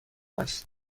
است